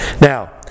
Now